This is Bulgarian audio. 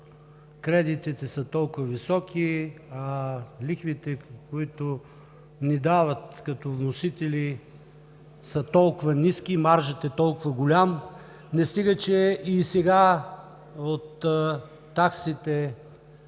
кредитите, са толкова високи, а лихвите, които ни дават като вносители, са толкова ниски и маржът е толкова голям. Не стига, че и сега от таксите,